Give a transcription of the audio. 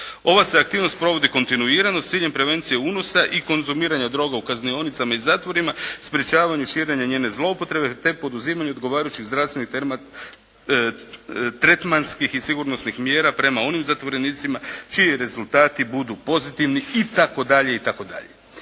Ova se aktivnost provodi kontirano s ciljem prevencije unosa i konzumiranja droga u kaznionicama i zatvorima, sprječavanju širenja njene zloupotrebe te poduzimanju odgovarajućih zdravstvenih tretmanskih i sigurnosnih mjera prema onim zatvorenicima čiji rezultati budu pozitivni itd. itd.